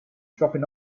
dropping